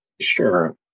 Sure